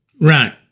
Right